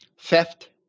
Theft